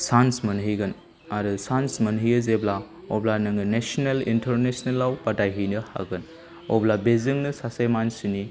chance मोनहैगोन आरो chance मोनहैयो जेब्ला अब्ला नोङो नेसनेल इन्टारनेसनेलाव बादायहैनो हागोन अब्ला बेजोंनो सासे मानसिनि